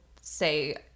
say